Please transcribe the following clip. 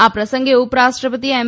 આ પ્રસંગે ઉપરાષ્ટ્રપતિ એમ